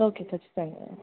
okay ఖచ్చితంగా